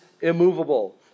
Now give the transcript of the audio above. immovable